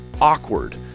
awkward